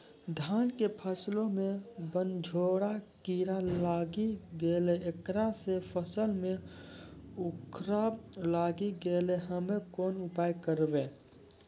धान के फसलो मे बनझोरा कीड़ा लागी गैलै ऐकरा से फसल मे उखरा लागी गैलै हम्मे कोन उपाय करबै?